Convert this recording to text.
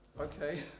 Okay